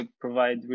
provide